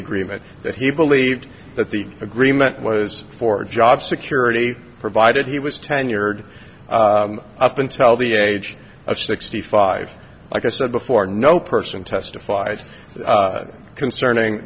agreement that he believed that the agreement was for job security provided he was tenured up until the age of sixty five like i said but or no person testified concerning